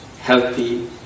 healthy